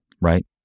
right